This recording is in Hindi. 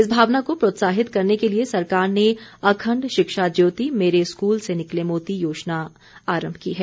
इस भावना को प्रोत्साहित करने के लिए सरकार ने अखण्ड शिक्षा ज्योति मेरे स्कूल से निकले मोती योजना आरम्भ की है